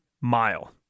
mile